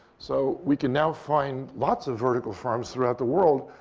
so we can now find lots of vertical farms throughout the world.